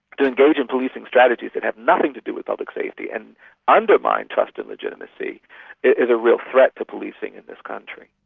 to engage in policing strategies that have nothing to do with public safety and undermine trust and legitimacy is a real threat to policing in this country.